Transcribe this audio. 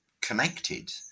connected